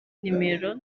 nomero